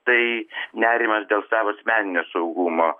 tai nerimas dėl savo asmeninio saugumo